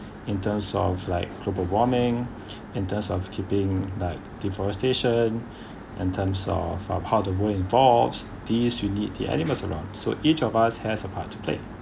in terms of like global warming in terms of keeping like deforestation in terms of for how the world involves these you need the animals around so each of us has a part to play